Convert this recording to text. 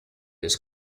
his